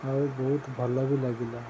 ଆଉ ବହୁତ ଭଲ ବି ଲାଗିଲା